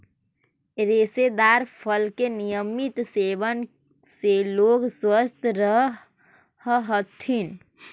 रेशेदार फल के नियमित सेवन से लोग स्वस्थ रहऽ हथी